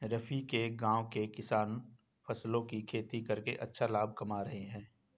रफी के गांव के किसान फलों की खेती करके अच्छा लाभ कमा रहे हैं